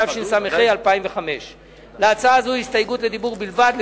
התשס"ה 2005. להצעה זו הסתייגות לדיבור בלבד.